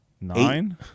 Nine